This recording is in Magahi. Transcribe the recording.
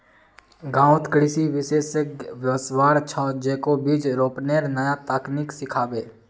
गांउत कृषि विशेषज्ञ वस्वार छ, जेको बीज रोपनेर नया तकनीक सिखाबे